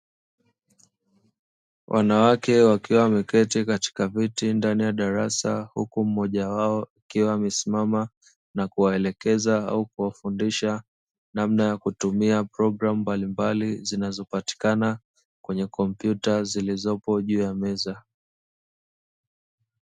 Wanawake wakiwa wameketi katika viti ndani ya darasa. Huku mmojawao ikiwa amesimama na kuwaelekeza au kuwafundisha namna ya kutumia programu mbalimbali, zinazopatikana kwenye kompyuta zilizopo juu ya meza.